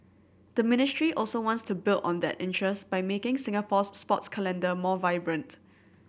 the ministry also wants to build on that interest by making Singapore's sports calendar more vibrant